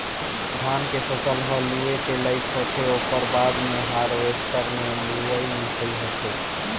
धान के फसल ह लूए के लइक होथे ओकर बाद मे हारवेस्टर मे लुवई मिंसई होथे